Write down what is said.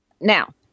Now